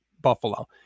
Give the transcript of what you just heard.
Buffalo